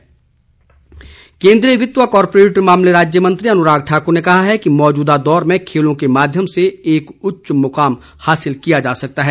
अन्राग ठाक्र केन्द्रीय वित्त व कारपोरेट मामले राज्य मंत्री अनुराग ठाक्र ने कहा है कि मौजूदा दौर में खेलों के माध्यम से एक उच्च मुकाम हासिल किया जा सकता है